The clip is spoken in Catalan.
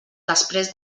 després